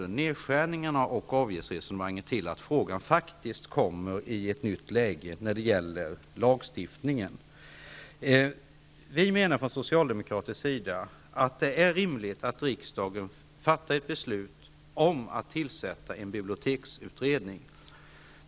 Nedskärningarna och avgiftsresonemangen är den allvarliga bakgrunden till att frågan om lagstiftning faktiskt kommer i ett nytt läge. Vi menar från socialdemokratisk sida att det är rimligt att riksdagen fattar beslut om att tillsätta en biblioteksutredning.